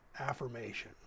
Affirmation